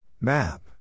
Map